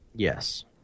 Yes